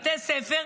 בתי ספר,